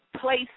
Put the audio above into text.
place